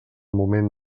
moment